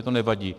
To nevadí.